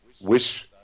wish